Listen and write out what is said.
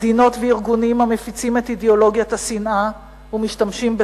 מדינות וארגונים המפיצים את אידיאולוגיית השנאה ומשתמשים בטרור,